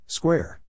Square